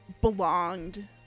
belonged